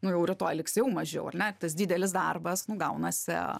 nu jau rytoj liks jau mažiau ar ne tas didelis darbas nu gaunasi